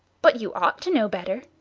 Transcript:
but you ought to know better.